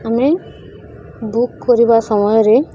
ଆମେ ବୁକ୍ କରିବା ସମୟରେ